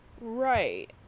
Right